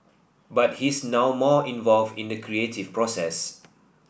but he's now more involved in the creative process